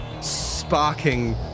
sparking